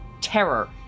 terror